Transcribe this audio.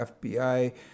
FBI